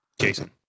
Jason